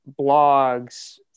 blogs